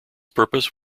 purpose